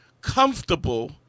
comfortable